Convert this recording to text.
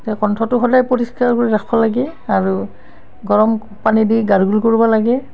কণ্ঠটো সদায় পৰিস্কাৰ কৰি ৰাখিব লাগে আৰু গৰম পানী দি গাৰ্গুল কৰিব লাগে